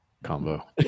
combo